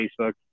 Facebook